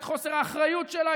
את חוסר האחריות שלה,